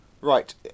Right